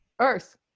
earth